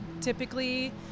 Typically